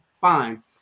fine